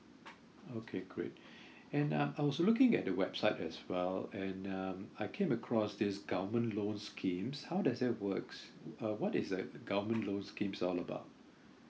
okay great and uh I was looking at the website as well and um I came across this government loan schemes how does that works uh what is the government loan scheme all about